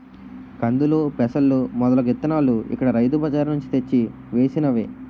కందులు, పెసలు మొదలగు ఇత్తనాలు ఇక్కడ రైతు బజార్ నుంచి తెచ్చి వేసినవే